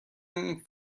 این